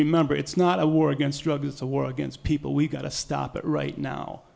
remember it's not a war against drugs it's a war against people we've got to stop it right now